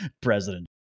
President